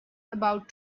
about